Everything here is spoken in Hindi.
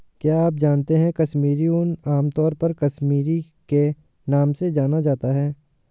क्या आप जानते है कश्मीरी ऊन, आमतौर पर कश्मीरी के नाम से जाना जाता है?